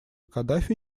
каддафи